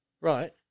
right